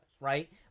Right